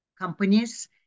companies